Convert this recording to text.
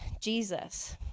Jesus